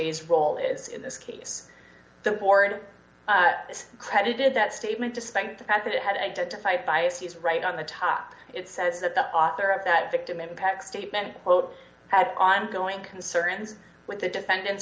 is role it's in this case the board is credited that statement despite the fact that it had identified bias he's right on the top it says that the author of that victim impact statement quote had ongoing concerns with the defendant's